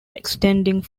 extending